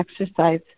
exercise